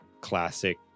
classic